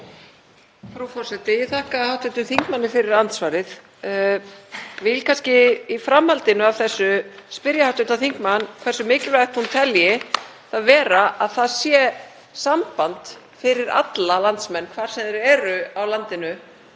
Frú forseti. Ég þakka hv. þingmanni fyrir svarið. Ég vil kannski í framhaldinu spyrja hv. þingmann hversu mikilvægt hún telji það vera að það sé samband fyrir alla landsmenn, hvar sem þeir eru á landinu,